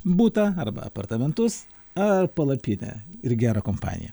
butą arba apartamentus ar palapinę ir gerą kompaniją